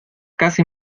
casi